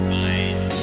mind